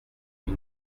est